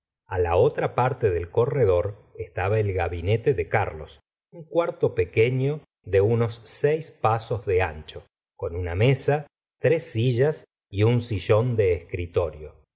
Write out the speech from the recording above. a la otra parte del corredor estaba el gabinete de carlos im cuarto pequeño de unos seis pasos de ancho con una mesa tres sillas y un sillón de escritorio